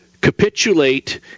capitulate